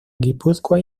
guipúzcoa